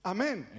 Amen